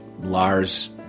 lars